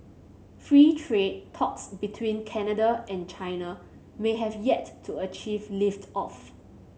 free trade talks between Canada and China may have yet to achieve lift off